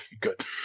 good